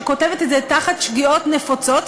שכותבת את זה תחת שגיאות נפוצות,